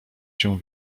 się